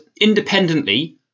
independently